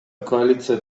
коалиция